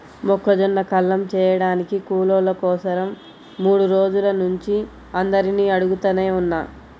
మొక్కజొన్న కల్లం చేయడానికి కూలోళ్ళ కోసరం మూడు రోజుల నుంచి అందరినీ అడుగుతనే ఉన్నా